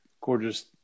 Gorgeous